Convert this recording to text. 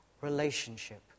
relationship